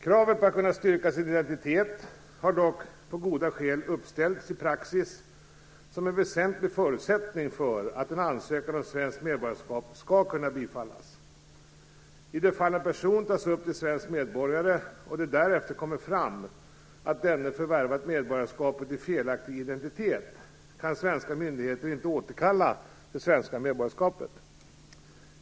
Kravet på att kunna styrka sin identitet har dock på goda skäl uppställts i praxis som en väsentlig förutsättning för att en ansökan om svenskt medborgarskap skall kunna bifallas. I det fall en person tas upp till svensk medborgare och det därefter kommer fram att denne förvärvat medborgarskapet i en felaktig identitet, kan svenska myndigheter inte återkalla det svenska medborgarskapet.